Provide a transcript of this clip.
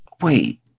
Wait